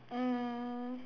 um